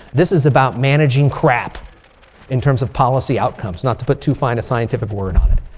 this is about managing crap in terms of policy outcomes. not to put too fine a scientific word on it.